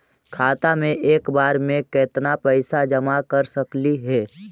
खाता मे एक बार मे केत्ना पैसा जमा कर सकली हे?